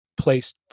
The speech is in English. placed